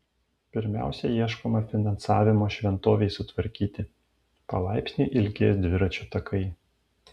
pirmiausia ieškoma finansavimo šventovei sutvarkyti palaipsniui ilgės dviračių takai